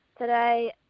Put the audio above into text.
today